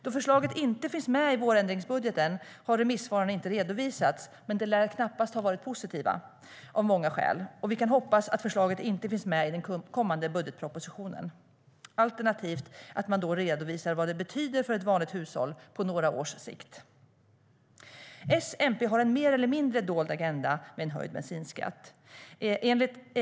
Då förslaget inte finns med i vårändringsbudgeten har remissvaren inte redovisats, men de lär knappast ha varit positiva, av många skäl. Vi kan hoppas att förslaget inte finns med i den kommande budgetpropositionen, alternativt att man då redovisar vad det betyder för ett vanligt hushåll på några års sikt. S och MP har en mer eller mindre dold agenda med en höjd bensinskatt.